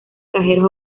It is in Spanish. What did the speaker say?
cajeros